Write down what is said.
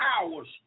hours